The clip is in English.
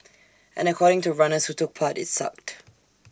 and according to runners who took part IT sucked